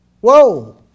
Whoa